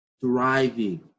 Thriving